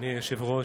אדוני היושב-ראש,